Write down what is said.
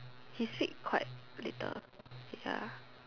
he speak quite little ya